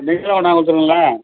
நீங்களே கொண்டாந்து கொடுத்துருங்களேன்